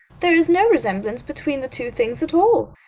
there is no resemblance between the two things at all.